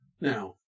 Now